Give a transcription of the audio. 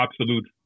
absolute